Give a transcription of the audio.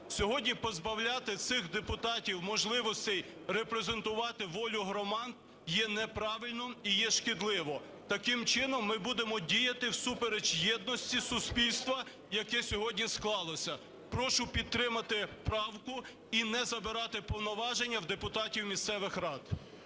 Сьогодні позбавляти цих депутатів можливостей репрезентувати волю громад є неправильно і є шкідливо. Таким чином ми будемо діяти всупереч єдності суспільства, яке сьогодні склалося. Прошу підтримати правку і не забирати повноваження в депутатів місцевих рад.